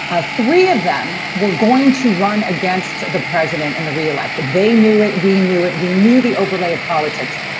ah three of them were going to run against the president and the re-elected. they knew it. we knew it. we knew the overlay of politics.